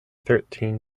thirteen